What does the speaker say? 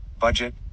Budget